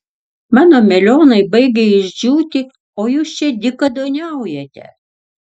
mano melionai baigia išdžiūti o jūs čia dykaduoniaujate